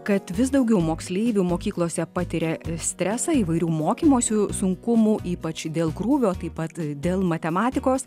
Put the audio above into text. kad vis daugiau moksleivių mokyklose patiria stresą įvairių mokymosių sunkumų ypač dėl krūvio taip pat dėl matematikos